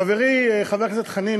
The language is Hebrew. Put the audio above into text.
חברי חבר הכנסת חנין,